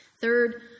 Third